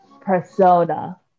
Persona